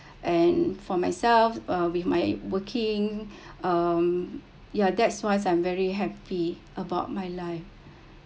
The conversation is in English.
and for myself uh with my working mm yeah that's why I'm very happy about my life